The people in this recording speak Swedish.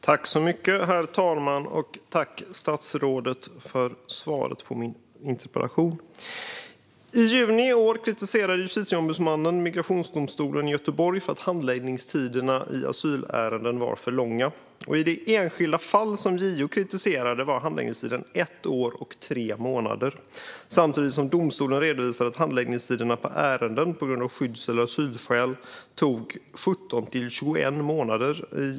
Herr talman! Tack, statsrådet, för svaret på min interpellation! I juni i år kritiserade Justitieombudsmannen Migrationsdomstolen i Göteborg för att handläggningstiderna i asylärenden var för långa. I det enskilda fall som JO kritiserade var handläggningstiden ett år och tre månader. Samtidigt redovisade domstolen att handläggningstiderna för ärenden på grund av skydds eller asylskäl i genomsnitt var 17-21 månader.